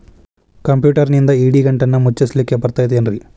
ಕಂಪ್ಯೂಟರ್ನಿಂದ್ ಇಡಿಗಂಟನ್ನ ಮುಚ್ಚಸ್ಲಿಕ್ಕೆ ಬರತೈತೇನ್ರೇ?